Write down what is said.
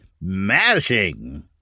Mashing